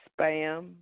spam